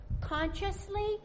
consciously